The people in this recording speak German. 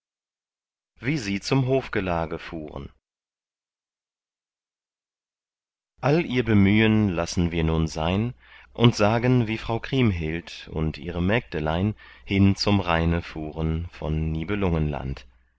wie sie zum hofgelage fuhren all ihr bemühen lassen wir nun sein und sagen wie frau kriemhild und ihre mägdelein hin zum rheine fuhren von